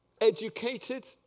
educated